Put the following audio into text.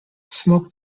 smoke